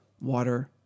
water